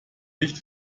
nicht